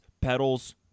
pedals